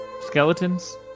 skeletons